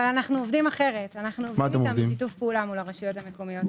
אבל אנחנו עובדים בשיתוף פעולה עם הרשויות המקומיות.